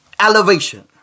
elevation